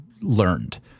learned